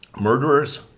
murderers